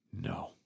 No